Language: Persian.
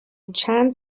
چند